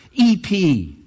EP